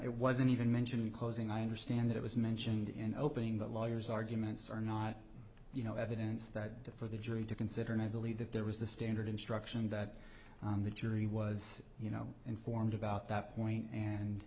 it wasn't even mentioned in closing i understand it was mentioned in opening the lawyer's arguments are not you know evidence that for the jury to consider and i believe that there was the standard instruction that the jury was you know informed about that point and